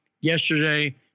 yesterday